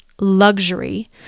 luxury